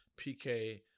PK